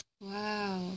Wow